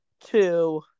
two